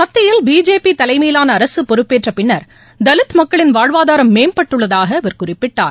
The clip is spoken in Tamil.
மத்தியில் பிஜேபி தலைமையிலான அரசு பொறுப்பேற்ற பின்னர் தலித் மக்களின் வாழ்வாதாரம் மேம்பட்டுள்ளதாக அவர் குறிப்பிட்டார்